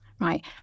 right